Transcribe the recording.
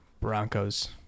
Broncos